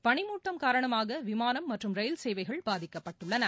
பனி மூட்டம் காரணமாக விமானம் மற்றும் ரயில் சேவைகள் பாதிக்கப்பட்டுள்ளன